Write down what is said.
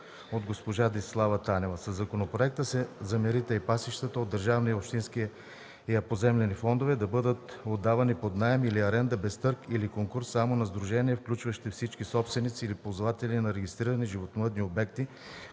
от госпожа Десислава Танева. Със законопроекта се цели мерите и пасищата от държавния и от общинския поземлени фондове да бъдат отдавани под наем или аренда без търг или конкурс само на сдружения, включващи всички собственици или ползватели на регистрирани животновъдни обекти,